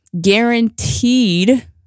guaranteed